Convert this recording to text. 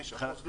25% ולא 40%?